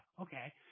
okay